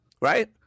Right